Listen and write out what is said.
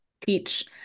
teach